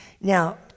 Now